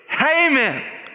Amen